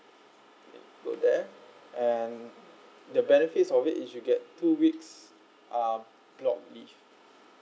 K go there and the benefits of it is you get two weeks uh block leave